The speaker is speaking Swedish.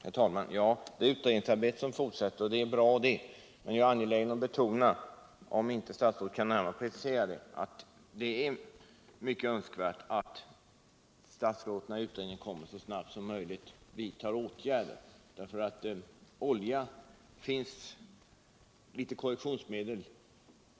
Herr talman! Det är bra att utredningsarbetet fortsätter, men jag är ändå angelägen om att statsrådet gör en närmare precisering när det gäller tidpunkten för när arbetet är färdigt. Jag vill också betona att det är mycket önskvärt att statsrådet, när utredningen presenterat sitt resultat, så snabbt som möjligt vidtar åtgärder på det här området.